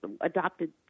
adopted